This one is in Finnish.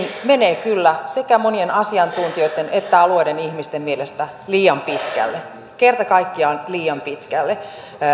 menee kyllä sekä monien asiantuntijoitten että alueiden ihmisten mielestä liian pitkälle kerta kaikkiaan liian pitkälle